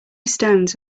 stones